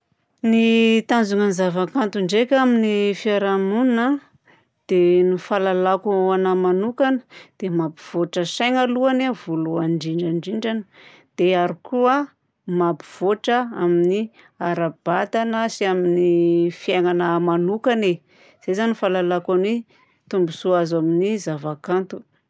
Ny tanjonan'ny zavakanto ndraika amin'ny fiarahamonina dia, ny fahalalako anahy manokagna, dia mampivoatra saigna alohany a voalohany indrindrandrindrany, dia ary koa mampivoatra amin'ny ara-batagna sy amin'ny fiaignana manokagna e.